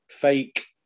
fake